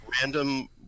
random